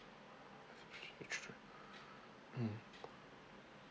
children mm